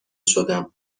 شدم